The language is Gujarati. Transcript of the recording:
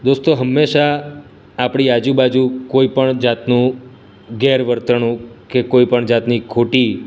દોસ્તો હંમેશા આપણી આજુ બાજુ કોઇપણ જાતનું ગેરવર્તણૂંક કે કોઈપણ જાતની ખોટી